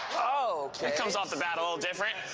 okay. that comes off the bat a little different.